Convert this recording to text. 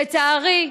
לצערי,